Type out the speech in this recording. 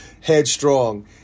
headstrong